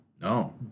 No